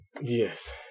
Yes